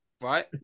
right